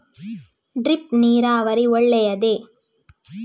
Drip ನೀರಾವರಿ ಒಳ್ಳೆಯದೇ?